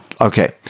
Okay